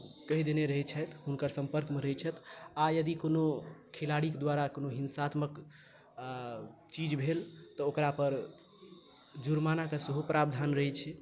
कहि देने रहैत छथि हुनकर सम्पर्कमे रहैत छथि आ यदि कोनो खेलाड़ीके द्वारा कोनो हिंसात्मक चीज भेल तऽ ओकरापर जुर्मानाके सेहो प्रावधान रहैत छै